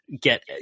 get